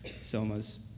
Somas